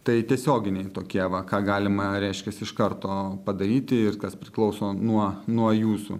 tai tiesioginiai tokie va ką galima reiškiasi iš karto padaryti ir kas priklauso nuo nuo jūsų